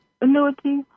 annuity